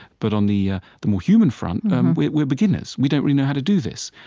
but on the ah the more human front, and um we're we're beginners. we don't really know how to do this,